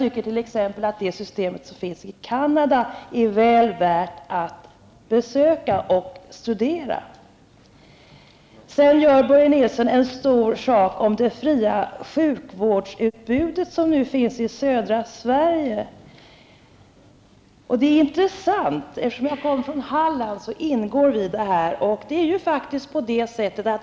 Det system som finns i Canada är också väl värt att studera. Sedan gör Börje Nilsson en stor sak av det fria sjukvårdsutbud som nu finns i södra Sverige. Det är intressant, eftersom jag kommer från Halland, som ingår i detta.